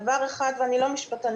דבר אחד אני לא משפטנית,